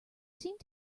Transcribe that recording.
seemed